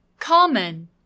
Common